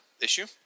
issue